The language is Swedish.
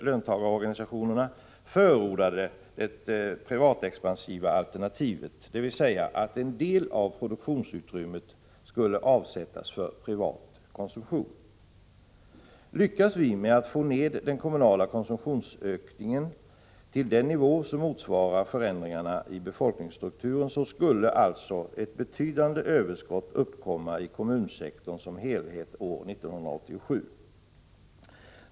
löntagarorganisationerna, förordade det privatexpansiva alternativet, dvs. att en del av produktionsutrymmet skulle avsättas för privat konsumtion. Lyckas vi med att få ned den kommunala konsumtionsökningen till den nivå som motsvarar förändringarna i befolkningsstrukturen, skulle alltså ett betydande överskott uppkomma i kommunsektorn som helhet år 1987.